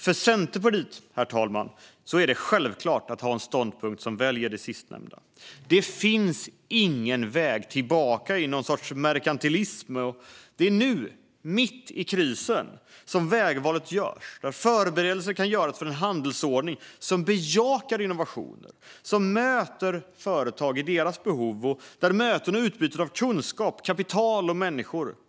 För Centerpartiet, herr talman, är det självklart att ha en ståndpunkt där vi väljer det sistnämnda. Det finns ingen väg tillbaka till något slags merkantilism. Det är nu, mitt i krisen, som vägvalet görs och förberedelser kan göras för en handelsordning som bejakar innovationer, möter företag och deras behov och stärker utbyte av kunskap, kapital och människor.